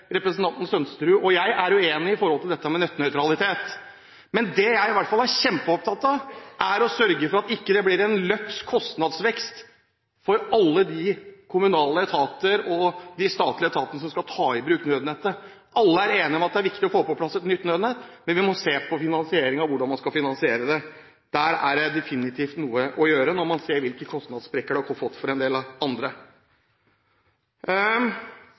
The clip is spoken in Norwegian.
representanten Sønsterud og jeg er uenige om dette med nettnøytralitet. Men det jeg i hvert fall er kjempeopptatt av, er å sørge for at det ikke blir en løpsk kostnadsvekst for alle de kommunale etater og de statlige etater som skal ta i bruk nødnettet. Alle er enige om at det er viktig å få på plass et nytt nødnett, men vi må se på hvordan vi skal finansiere det. Der er det definitivt noe å gjøre, når man ser hvilke kostnadssprekker det har ført til for en del andre.